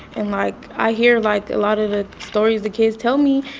and, like, i hear, like, a lot of the stories the kids tell me.